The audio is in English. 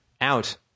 out